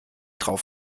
drauf